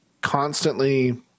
constantly